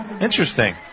interesting